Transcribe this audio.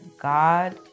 God